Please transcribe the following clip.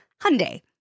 Hyundai